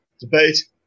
debate